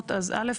אז א',